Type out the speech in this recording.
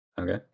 okay